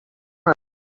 una